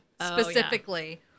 specifically